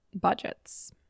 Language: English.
budgets